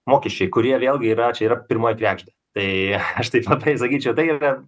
mokesčiai kurie vėlgi yra čia yra pirmoji kregždė tai aš taip labai sakyčiau tai yra